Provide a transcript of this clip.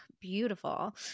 beautiful